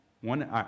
one